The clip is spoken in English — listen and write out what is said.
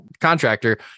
contractor